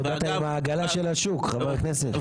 טוב שלא באת עם העגלה של השוק, חבר הכנסת...